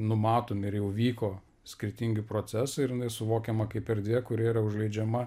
numatomi ir jau vyko skirtingi procesai ir jinai suvokiama kaip erdvė kuri yra užleidžiama